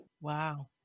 Wow